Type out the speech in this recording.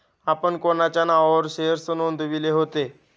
आपण कोणाच्या नावावर शेअर्स नोंदविले होते?